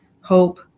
hope